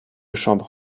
chambre